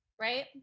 right